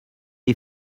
est